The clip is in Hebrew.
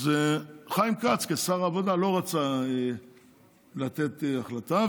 אז חיים כץ כשר העבודה לא רצה לתת החלטה,